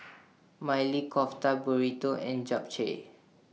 Maili Kofta Burrito and Japchae